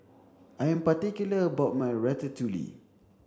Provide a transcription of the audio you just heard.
I am particular about my Ratatouille